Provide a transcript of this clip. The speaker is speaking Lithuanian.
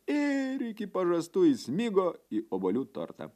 ir iki pažastų įsmigo į obuolių tortą